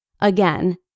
Again